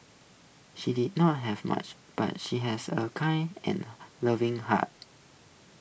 she did not have much but she has A kind and loving heart